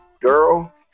girl